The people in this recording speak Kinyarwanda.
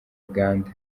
uganda